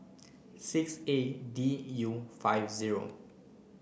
six A D U five zero